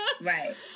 Right